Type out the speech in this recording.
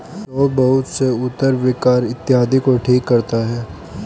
सौंफ बहुत से उदर विकार इत्यादि को ठीक करता है